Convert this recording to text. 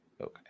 Okay